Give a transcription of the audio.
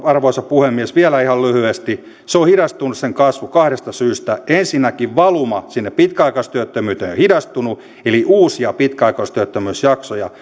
arvoisa puhemies vielä ihan lyhyesti sen kasvu on hidastunut kahdesta syystä ensinnäkin valuma sinne pitkäaikaistyöttömyyteen on hidastunut eli uusia pitkäaikaistyöttömyysjaksoja